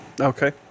Okay